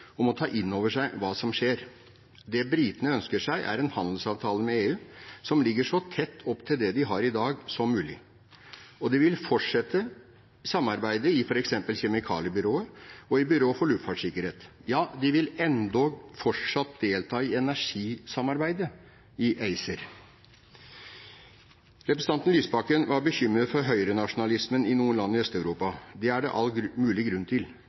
om å ta inn over seg hva som skjer. Det britene ønsker seg, er en handelsavtale med EU som ligger så tett opp til det de har i dag som mulig. De vil fortsette samarbeidet i f.eks. kjemikaliebyrået og i byrået for luftfartssikkerhet. Ja, de vil endog fortsatt delta i energisamarbeidet i ACER. Representanten Lysbakken var bekymret for høyrenasjonalismen i noen land i Øst-Europa. Det er det all mulig grunn til.